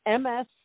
MS